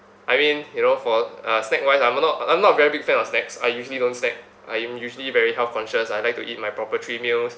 I mean you know for uh snack wise I'm not I'm not a very big fan of snacks I usually don't snack I'm usually very health conscious I like to eat my proper three meals